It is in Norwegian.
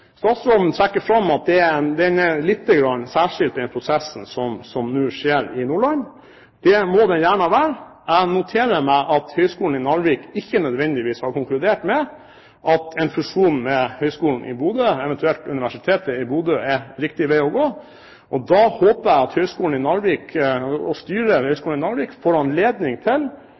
Statsråden trekker fram at den prosessen som nå skjer der, er litt særskilt. Det må den gjerne være. Jeg noterer meg at Høgskolen i Narvik ikke nødvendigvis har konkludert med at en fusjon med Høgskolen i Bodø, eventuelt universitetet i Bodø, er riktig vei å gå. Da håper jeg at Høgskolen i Narvik, og styret ved Høgskolen i Narvik, får anledning til